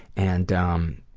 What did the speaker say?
and um,